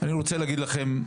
אני רוצה להגיד לכם,